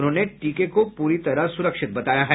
उन्होंने टीके को पूरी तरह सुरक्षित बताया है